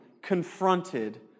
confronted